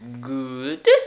Good